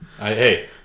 Hey